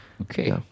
Okay